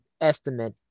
estimate